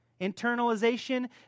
Internalization